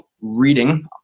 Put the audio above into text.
reading